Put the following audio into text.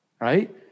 right